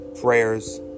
prayers